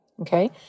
okay